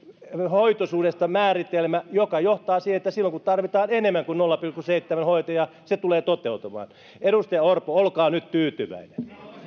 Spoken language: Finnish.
hoitoisuudesta määritelmä joka johtaa siihen että silloin kun tarvitaan enemmän kuin nolla pilkku seitsemän hoitajaa se tulee toteutumaan edustaja orpo olkaa nyt tyytyväinen